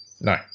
No